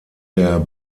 der